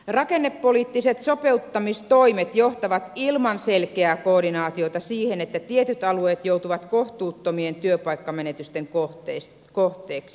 rakennepoliittiset sopeuttamistoimet johtavat ilman selkeää koordinaatiota siihen että tietyt alueet joutuvat kohtuuttomien työpaikkamenetysten kohteeksi